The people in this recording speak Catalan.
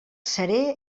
seré